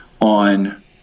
on